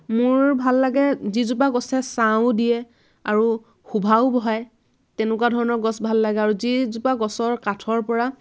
মোৰ ভাল লাগে যিজোপা গছে ছাঁও দিয়ে আৰু শোভাও বঢ়ায় তেনেকুৱা ধৰণৰ গছ ভাল লাগে আৰু যিজোপা গছৰ কাঠৰ পৰা